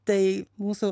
tai mūsų